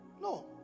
no